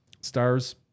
Stars